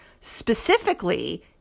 specifically